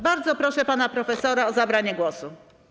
Bardzo proszę pana profesora o zabranie głosu.